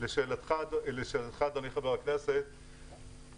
לשאלתך, אדוני חבר הכנסת,